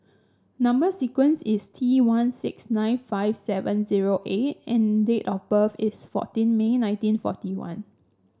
number sequence is T one six nine five seven zero eight and date of birth is fourteen May nineteen forty one